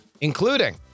including